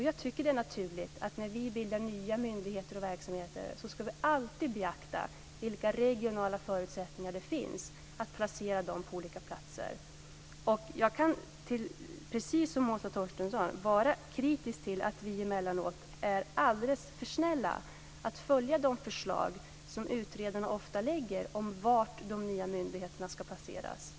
Jag tycker att det är naturligt när vi bildar nya myndigheter och verksamheter att vi alltid ska beakta vilka regionala förutsättningar det finns för att placera dem på olika platser. Jag kan, precis som Åsa Torstensson, vara kritisk mot att vi emellanåt är alldeles för snälla med att följa de förslag som utredarna ofta lägger fram om var de nya myndigheterna ska placeras.